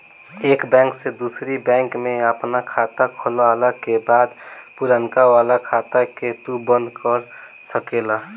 एक बैंक से दूसरी बैंक में आपन खाता खोलला के बाद पुरनका वाला खाता के तू बंद कर सकेला